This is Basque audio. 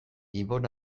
ibon